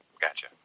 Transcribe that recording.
gotcha